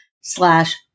slash